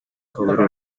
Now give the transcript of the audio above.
sobre